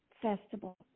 festival